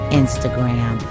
instagram